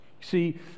See